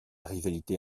rivalité